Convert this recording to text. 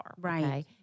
Right